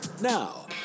Now